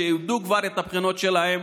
שאיבדו כבר את הבחינות שלהם?